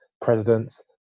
presidents